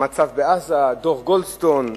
המצב בעזה, דוח-גולדסטון,